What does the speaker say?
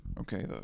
Okay